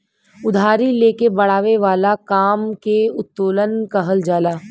उधारी ले के बड़ावे वाला काम के उत्तोलन कहल जाला